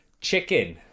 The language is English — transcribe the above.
Chicken